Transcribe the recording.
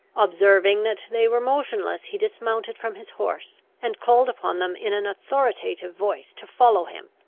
observing that they were motionless, he dismounted from his horse, and called upon them in an authoritative voice to follow him.